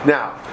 Now